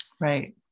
Right